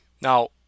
Now